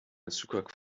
zugfahrt